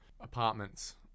Apartments